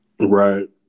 Right